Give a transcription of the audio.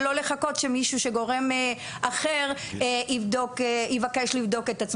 ולא לחכות שגורם אחר יבקש לבדוק.